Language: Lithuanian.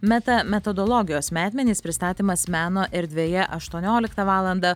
meta metodologijos metmenys pristatymas meno erdvėje aštuonioliktą valandą